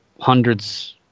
hundreds